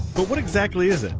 but what exactly is it?